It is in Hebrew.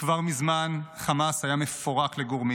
חבריי חברי הכנסת, מישהו באמת נפל כאן